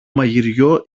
μαγειριό